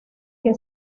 que